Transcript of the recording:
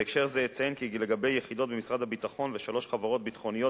בהקשר זה אציין כי לגבי יחידות במשרד הביטחון ושלוש חברות ביטחוניות,